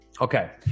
Okay